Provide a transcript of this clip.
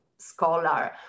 scholar